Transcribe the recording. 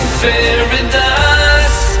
paradise